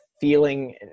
feeling